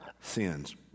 sins